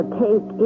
take